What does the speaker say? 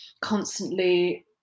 constantly